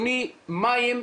מים.